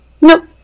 Nope